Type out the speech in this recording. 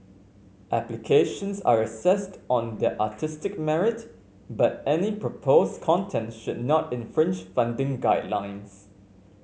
applications are assessed on their artistic merit but any proposed content should not infringe funding guidelines